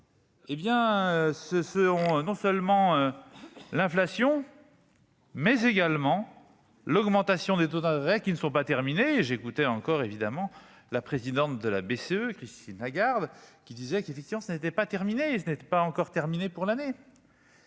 hé bien ce ce on, non seulement l'inflation mais également l'augmentation des taux d'intérêts qui ne sont pas terminés, j'écoutais encore, évidemment, la présidente de la BCE, Christine Lagarde, qui disait qu'effectivement ce n'était pas terminée, ce